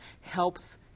helps